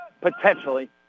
potentially